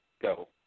go